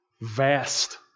vast